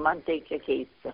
man tai čia keista